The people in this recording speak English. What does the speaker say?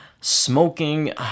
smoking